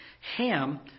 Ham